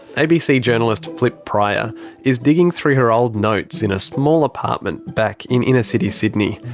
abc journalist flip prior is digging through her old notes in a small apartment back in inner-city sydney.